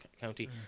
county